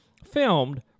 Filmed